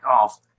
off